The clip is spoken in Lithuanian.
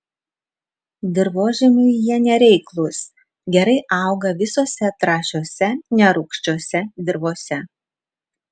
dirvožemiui jie nereiklūs gerai auga visose trąšiose nerūgščiose dirvose